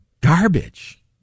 garbage